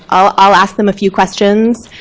i'll ask them a few questions,